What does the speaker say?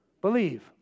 Believe